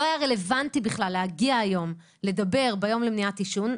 לא היה רלוונטי בכלל להגיע היום לדבר ביום למניעת עישון,